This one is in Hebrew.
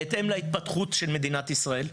בהתאם להתפתחות של מדינת ישראל.